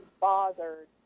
bothered